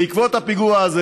בעקבות הפיגוע הזה